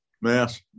Mass